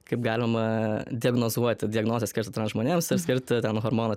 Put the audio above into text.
kaip galima diagnozuoti diagnozes skirti transžmonėms ir skirti ten hormonų